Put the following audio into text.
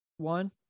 one